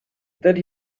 that